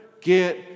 get